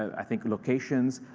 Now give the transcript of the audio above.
i think locations